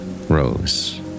Rose